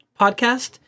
podcast